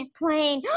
plane